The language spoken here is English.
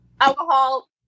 alcohol